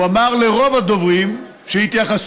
הוא אמר לרוב הדוברים שהתייחסו: